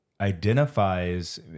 identifies